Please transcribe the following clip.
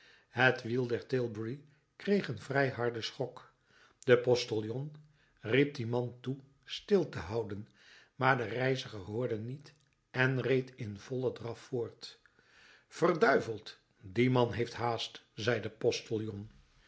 het wiel der tilbury kreeg een vrij harden schok de postillon riep dien man toe stil te houden maar de reiziger hoorde niet en reed in vollen draf voort verduiveld die man heeft haast zei de